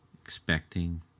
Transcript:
expecting